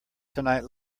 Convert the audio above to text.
tonight